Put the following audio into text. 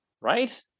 right